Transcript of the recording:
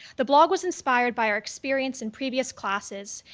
the blog was inspired by our experience in previous classes,